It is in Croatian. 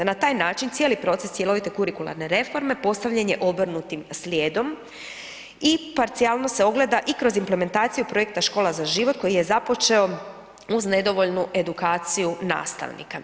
Na taj način cijeli proces cjelovite kurikularne reforme postavljen je obrnutim slijedom i parcijalno se ogleda i kroz implementaciju projekta Škola za život, koji je započeo uz nedovoljnu edukaciju nastavnika.